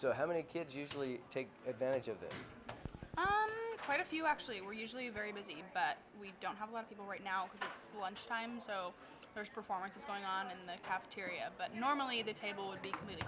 so how many kids usually take advantage of this quite a few actually we're usually very busy but we don't have a lot of people right now lunchtime so there's performances going on in the cafeteria but normally the table would be